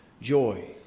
joy